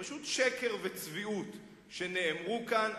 פשוט שקר וצביעות שנאמרו כאן,